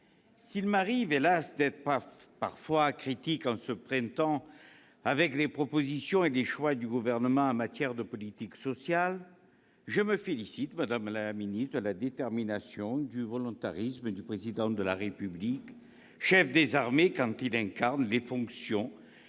S'il m'arrive, hélas, d'être parfois critique, en ce printemps, avec les propositions et choix du Gouvernement en matière de politique sociale, je me félicite, madame la ministre, de la détermination et du volontarisme du Président de la République, chef des armées, quand il incarne les fonctions